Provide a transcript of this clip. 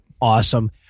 Awesome